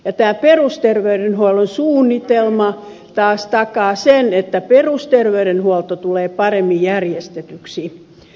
tämä perusterveydenhuollon suunnitelma taas takaa sen että perusterveydenhuolto tulee paremmin järjestetyksi